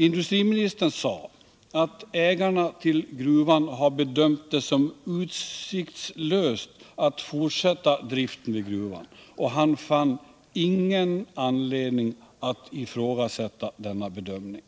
Industriministern sade att ägarna till gruvan har bedömt det som utsiktslöst att fortsätta driften vid gruvan, och han fann ingen anledning att ifrågasätta denna bedömning.